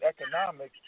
economics